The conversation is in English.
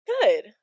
Good